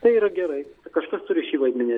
tai yra gerai kažkas turi šį vaidmenį